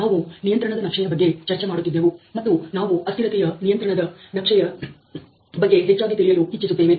ನಾವು ನಿಯಂತ್ರಣದ ನಕ್ಷೆಯ ಬಗ್ಗೆ ಚರ್ಚೆ ಮಾಡುತ್ತಿದ್ದೆವು ಮತ್ತು ನಾವು ಅಸ್ಥಿರತೆಯ ನಿಯಂತ್ರಣದ ನಕ್ಷೆಯ ಬಗ್ಗೆ ಹೆಚ್ಚಾಗಿ ತಿಳಿಯಲು ಇಚ್ಚಿಸುತ್ತೇವೆ